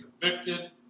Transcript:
convicted